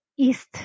east